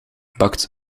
bakt